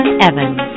Evans